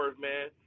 man